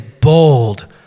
bold